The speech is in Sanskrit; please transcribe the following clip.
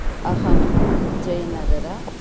अहं जयनगर